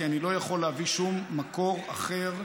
כי אני לא יכול להביא שום מקור אחר,